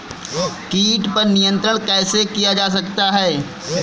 कीट पर नियंत्रण कैसे किया जा सकता है?